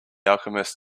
alchemist